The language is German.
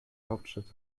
hauptstadt